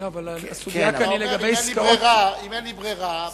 ואומר: אם אין לי ברירה,